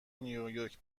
نییورک